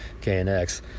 KNX